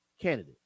candidate